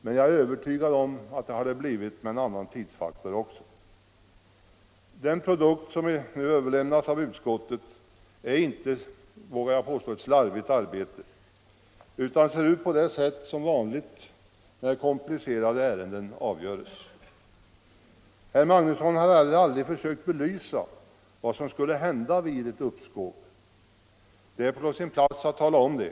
Men jag är övertygad om att de hade blivit det under andra tidsfaktorer också. Den produkt som överlämnats av utskottet är inte ett slarvigt arbete, utan ser ut på ett sätt som är vanligt när komplicerade ärenden avgörs. Herr Magnusson har heller aldrig försökt belysa vad som skulle hända vid ett uppskov. Det är på sin plats att tala om det.